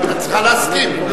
את צריכה להסכים.